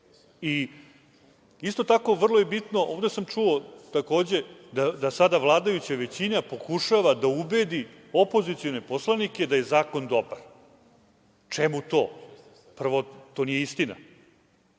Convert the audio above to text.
sud. Isto tako, vrlo je bitno, ovde sam takođe čuo da sada vladajuća većina pokušava da ubedi opozicione poslanike da je zakon dobar. Čemu to? Prvo, to nije istina.